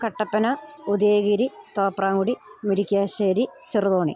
Kattappana Udayagiri Thopramkudy Murickassery Cheruthoni